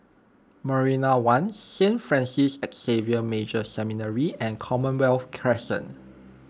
Marina one Saint Francis Xavier Major Seminary and Commonwealth Crescent